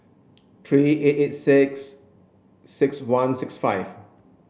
three eight eight six six one six five